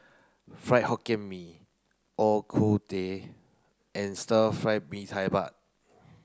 Fried Hokkien Mee O Ku Tueh and stir fried Mee Tai Mak